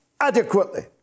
adequately